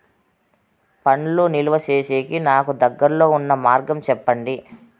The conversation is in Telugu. పండ్లు నిలువ సేసేకి నాకు దగ్గర్లో ఉన్న మార్గం చెప్పండి?